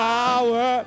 power